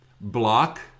block